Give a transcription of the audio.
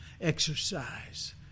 exercise